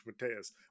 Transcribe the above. Mateus